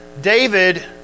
David